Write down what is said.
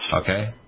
Okay